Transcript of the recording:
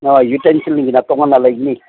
ꯑꯥ ꯌꯨꯇꯦꯟꯁꯤꯜꯒꯤꯗꯤ ꯇꯣꯡꯉꯥꯟꯅ ꯂꯩꯒꯅꯤ